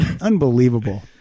Unbelievable